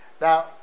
Now